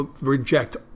reject